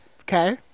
Okay